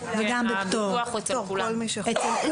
כולם.